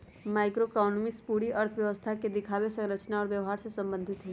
macroeconomics पूरी अर्थव्यवस्था के दिखावे, संरचना और व्यवहार से संबंधित हई